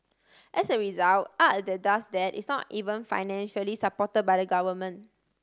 as a result art that does that is not even financially support by the government